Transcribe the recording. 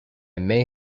may